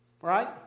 right